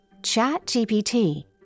ChatGPT